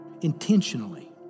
intentionally